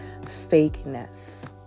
fakeness